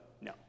No